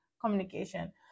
communication